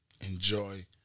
enjoy